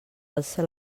alce